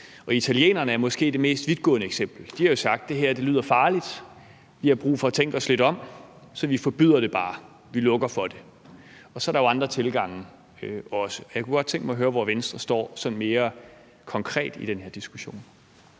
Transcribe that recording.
og italienerne er måske det mest vidtgående eksempel. De har jo sagt: Det her lyder farligt, vi har brug for at tænke os lidt om, så vi forbyder det bare, vi lukker for det. Så er der jo også andre tilgange, og jeg kunne godt tænke mig at høre, hvor Venstre sådan mere konkret står i den her diskussion.